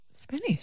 Spanish